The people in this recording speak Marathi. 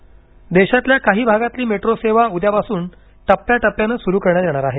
मेट्रो सेवा देशातल्या काही भागातली मेट्रो सेवा उद्यापासून टप्याटप्यानं सुरू करण्यात येणार आहे